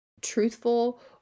truthful